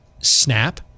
snap